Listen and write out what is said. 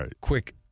quick